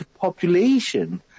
population